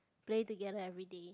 play together everyday